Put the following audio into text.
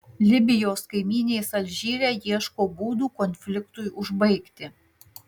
libijos kaimynės alžyre ieško būdų konfliktui užbaigti